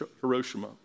Hiroshima